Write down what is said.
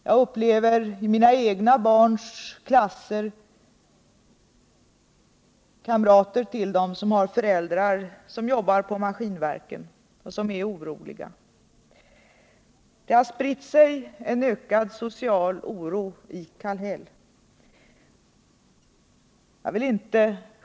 Jag upplever hur kamrater till mina egna barn, som har föräldrar vilka jobbar på Maskinverken, är oroliga. En ökad social oro har spritt sig i Kallhäll.